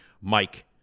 Mike